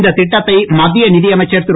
இந்த திட்டத்தை மத்திய நிதி அமைச்சர் திரு